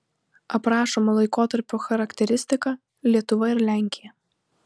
aprašomo laikotarpio charakteristika lietuva ir lenkija